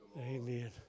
Amen